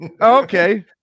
Okay